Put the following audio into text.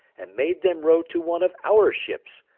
and made them row to one of our ships,